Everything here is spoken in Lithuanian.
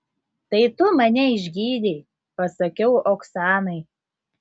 tai tu mane išgydei pasakiau oksanai